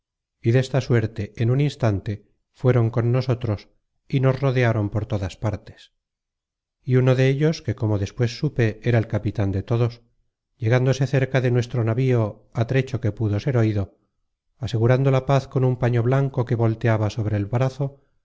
y desta suerte en un instante fueron con nosotros y nos rodearon por todas partes y uno de ellos que como despues supe era el capitan de todos llegándose cerca de nuestro navío á trecho que pudo ser oido asegurando la paz con un paño blanco que volteaba sobre el brazo